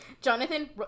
Jonathan